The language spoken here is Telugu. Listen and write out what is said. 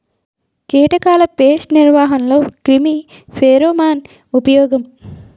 కీటకాల పేస్ట్ నిర్వహణలో క్రిమి ఫెరోమోన్ ఉపయోగం